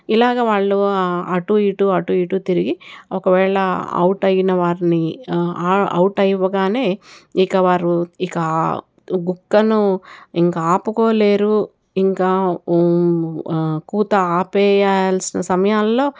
ఇలాగ వాళ్ళు అటు ఇటు అటు ఇటు తిరిగి ఒకవేళ అవుట్ అయిన వారిని అవుట్ అవ్వగానే ఇక వారు ఇక గుక్కను ఇంకా ఆపుకోలేరు ఇంకా కూత ఆపేయాల్సిన సమయాల్లో